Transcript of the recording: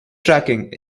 tracking